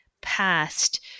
past